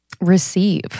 receive